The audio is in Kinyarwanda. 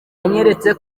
yanyeretse